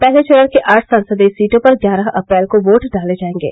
पहले चरण की आठ संसदीय सीटों पर ग्यारह अप्रैल को वोट डाले जायेंगे